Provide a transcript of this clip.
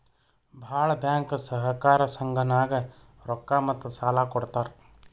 ಭಾಳ್ ಬ್ಯಾಂಕ್ ಸಹಕಾರ ಸಂಘನಾಗ್ ರೊಕ್ಕಾ ಮತ್ತ ಸಾಲಾ ಕೊಡ್ತಾರ್